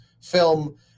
film